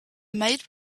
made